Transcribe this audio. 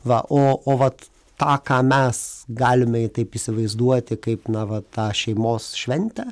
va o o vat tą ką mes galime taip įsivaizduoti kaip na va tą šeimos šventę